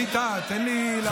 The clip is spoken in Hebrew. תן לי לענות.